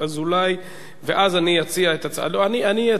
ואז אני אציע את, לא, אני אציע את הצעתי עכשיו: